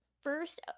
First